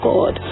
God